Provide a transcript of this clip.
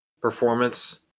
performance